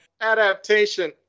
adaptation